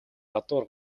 гадуур